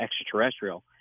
extraterrestrial